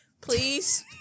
please